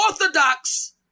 orthodox